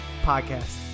podcast